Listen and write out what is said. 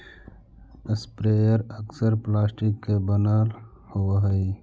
sprayer अक्सर plastic के बनल होवऽ हई